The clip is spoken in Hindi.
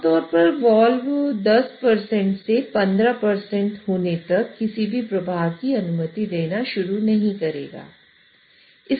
आमतौर पर वाल्व 10 से 15 होने तक किसी भी प्रवाह की अनुमति देना शुरू नहीं करेगा